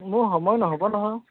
মোৰ সময় নহ'ব নহয়